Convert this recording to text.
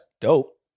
dope